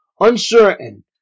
uncertain